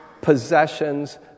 possessions